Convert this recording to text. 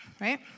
right